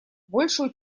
большую